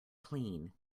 clean